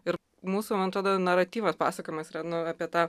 ir mūsų man atrodo naratyvas pasakojimas yra nu apie tą